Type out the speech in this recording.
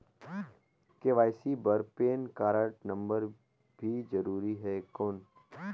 KYC बर PAN card number भी जरूरी हे कौन?